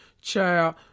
Child